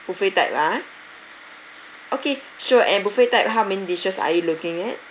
buffet type ah okay sure and buffet type how many dishes are you looking at